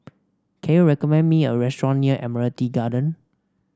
can you recommend me a restaurant near Admiralty Garden